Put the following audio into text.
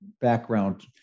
background